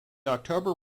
october